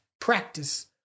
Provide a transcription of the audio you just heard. Practice